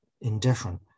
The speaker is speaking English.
indifferent